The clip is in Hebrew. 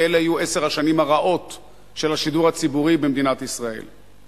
ואלה היו עשר השנים הרעות של השידור הציבורי במדינת ישראל.